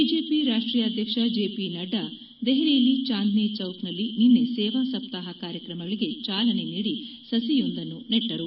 BJP ರಾಷ್ಟೀಯ ಅಧ್ಯಕ್ಷ J P Nadda ದೆಹಲಿಯ ಚಾಂದನಿಚೌಕ್ನಲ್ಲಿ ನಿನ್ನೆ ಸೇವಾಸಪ್ತಾಪ ಕಾರ್ಯಕ್ರಮಗಳಿಗೆ ಚಾಲನೆ ನೀಡಿ ಸಸಿಯೊಂದನ್ನು ನೆಟ್ಲರು